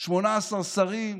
18 שרים,